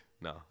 no